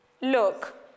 Look